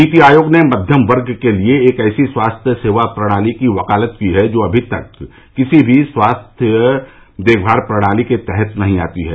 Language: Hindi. नीति आयोग ने मध्यम वर्ग के लिए एक ऐसी स्वास्थ्य सेवा प्रणाली की वकालत की है जो अभी तक किसी भी सार्वजनिक स्वास्थ्य देखमाल प्रणाली के तहत नहीं आती है